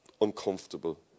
uncomfortable